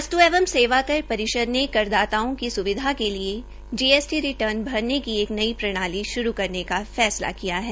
वस्तु एवं सेवा कर परिषद ने करदाताओं की स्विधा के लिये जीएसटी रिर्टन भरने की एक नई प्रणाली श्रू करने का फैसला किया है